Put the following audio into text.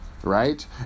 right